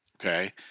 Okay